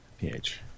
PH